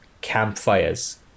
campfires